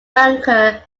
banker